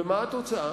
ומה התוצאה?